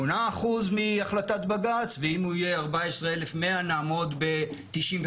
מהחלטת בג"צ ואם הוא יהיה 14,100 נעמוד ב-95%.